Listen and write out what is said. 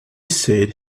said